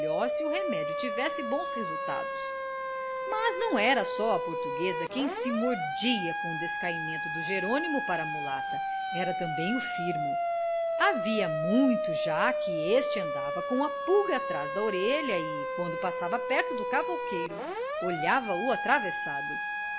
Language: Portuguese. se o remédio tivesse bons resultados mas não era só a portuguesa quem se mordia com o descaimento do jerônimo para a mulata era também o firmo havia muito já que este andava com a pulga atrás da orelha e quando passava perto do cavouqueiro olhava-o atravessado